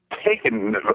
Taken